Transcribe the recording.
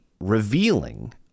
revealing